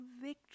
victory